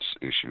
issue